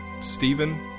Stephen